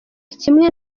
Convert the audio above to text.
kimwe